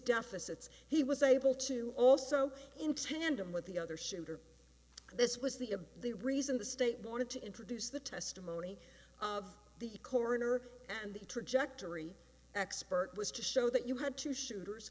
deficits he was able to also in tandem with the other shooter this was the a the reason the state wanted to introduce the testimony of the coroner and the trajectory expert was to show that you had two shooters